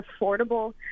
affordable